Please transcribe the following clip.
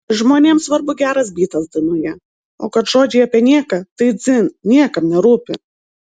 žmonėm svarbu geras bytas dainoje o kad žodžiai apie nieką tai dzin niekam nerūpi